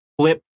flip